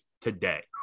today